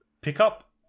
pickup